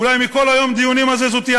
אולי מכל יום הדיונים הזה זו תהיה